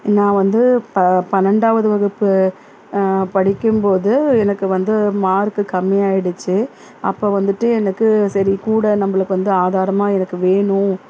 நான் வந்து ப பன்னெண்டாவது வகுப்பு படிக்கும் போது எனக்கு வந்து மார்க்கு கம்மியாக ஆகிடுச்சு அப்போ வந்துட்டு எனக்கு சரி கூட நம்மளுக்கு வந்து ஆதாரமாக எனக்கு வேணும்